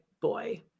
boy